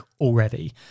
already